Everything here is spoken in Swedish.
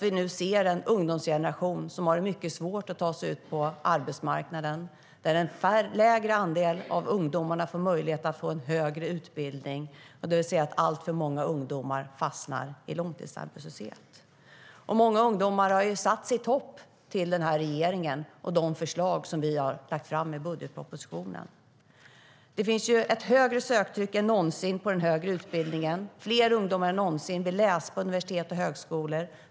Vi ser nu en ungdomsgeneration som har det mycket svårt att ta sig ut på arbetsmarknaden. En lägre andel av ungdomarna får möjlighet till högre utbildning. Alltför många ungdomar fastnar i långtidsarbetslöshet. Många ungdomar har satt sitt hopp till den här regeringen och de förslag som vi har lagt fram i budgetpropositionen. Det finns ett högre söktryck än någonsin på den högre utbildningen. Fler ungdomar än någonsin vill läsa på universitet och högskolor.